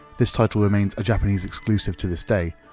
this title remains a japanese exclusive to this day,